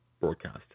broadcast